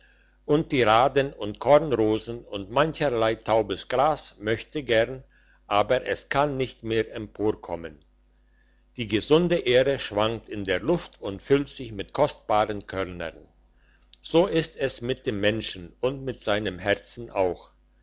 und die raden und kornrosen und mancherlei taubes gras möchte gern aber es kann nicht mehr emporkommen die gesunde ähre schwankt in der luft und füllt sich mit kostbaren körnern so ist es mit dem menschen und mit seinem herzen auch